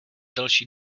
delší